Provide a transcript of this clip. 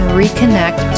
reconnect